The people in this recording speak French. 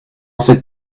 faites